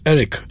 Eric